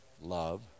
Love